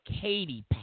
Katie